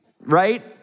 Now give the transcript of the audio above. right